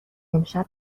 امشب